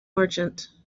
merchant